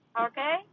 Okay